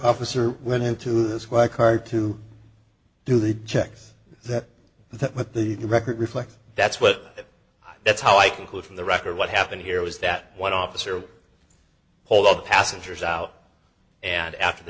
officer went into this why car to do the checks that that what the record reflects that's what i that's how i conclude from the record what happened here was that one officer whole of the passengers out and after the